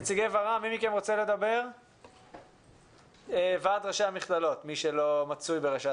נציגי ור"מ, ועד ראשי המכללות, מי מכם רוצה לדבר?